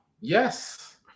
Yes